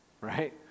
right